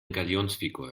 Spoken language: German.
galionsfigur